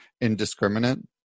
indiscriminate